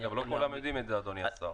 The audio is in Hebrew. לא כולם יודעים את זה, אדוני השר.